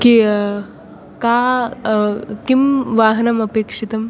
कियान् का किं वाहनम् अपेक्षितम्